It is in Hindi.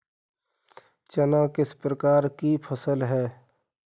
चना किस प्रकार की फसल है?